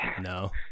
no